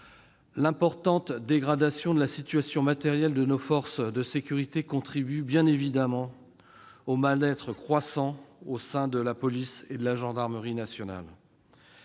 L'importante dégradation de la situation matérielle de nos forces de sécurité contribue bien évidemment au mal-être croissant au sein de la police et de la gendarmerie nationales.